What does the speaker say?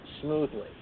smoothly